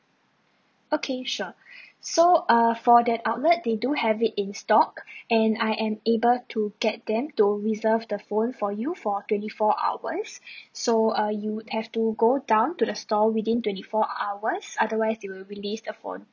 okay sure so uh for that outlet they do have it in stock and I am able to get them to reserve the phone for you for twenty four hours so uh you would have to go down to the store within twenty four hours otherwise we will release the phone